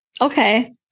Okay